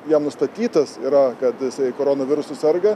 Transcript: jam nustatytas yra kad jisai koronavirusu serga